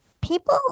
people